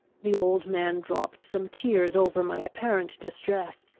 the old man dropped some tears over my apparent distress,